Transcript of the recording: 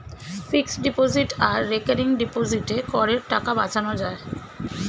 fixed deposit আর recurring ডিপোজিটে করের টাকা বাঁচানো যায়